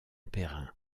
perrin